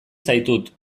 zaitut